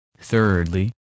Thirdly